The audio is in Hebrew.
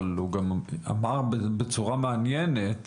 אבל הוא גם אמר בצורה מעניינת